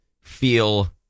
feel